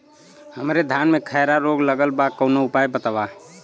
हमरे धान में खैरा रोग लगल बा कवनो उपाय बतावा?